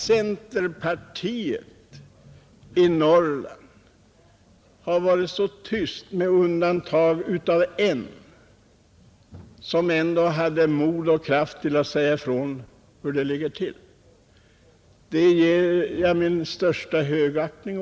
Centerpartiet i Norrland har hållit tyst med undantag för en representant som ändå hade mod och kraft att säga ifrån hur det ligger till. För honom hyser jag den största högaktning.